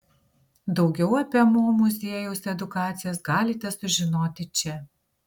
daugiau apie mo muziejaus edukacijas galite sužinoti čia